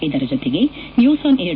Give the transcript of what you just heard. ಇದರ ಜತೆಗೆ news on air